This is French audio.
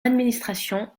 administration